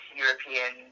european